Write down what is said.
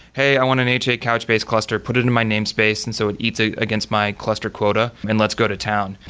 hey, i want an ha couchbase cluster. cluster. put it in my namespace, and so it eats ah against my cluster quota and let's go to town.